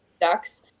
Ducks